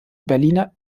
berliner